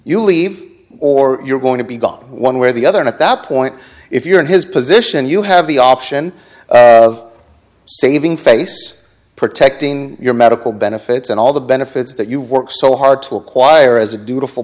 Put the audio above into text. you leave or you're going to be gone one where the other at that point if you're in his position you have the option of saving face protecting your medical benefits and all the benefits that you work so hard to acquire as a dutiful